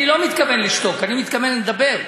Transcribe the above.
אני לא מתכוון לשתוק, אני מתכוון לדבר.